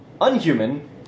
unhuman